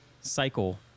cycle